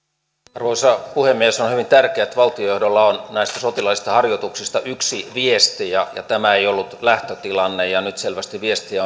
arvoisa puhemies on hyvin tärkeää että valtiojohdolla on näistä sotilaallisista harjoituksista yksi viesti tämä ei ollut lähtötilanne nyt viestiä